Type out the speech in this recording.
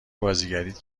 بازیگریت